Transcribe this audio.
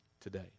today